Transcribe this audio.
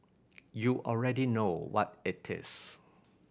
you already know what it is